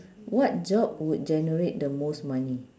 what job would generate the most money